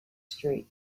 street